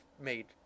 made